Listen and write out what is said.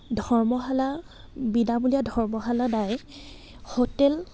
ধৰ্মশালা বিনামূলীয়া ধৰ্মশালা নাই হোটেল